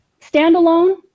standalone